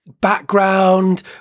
background